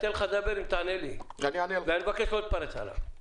אתן לך לדבר אם תענה לי ואני מבקש לא להתפרץ כלפיו.